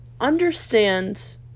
understand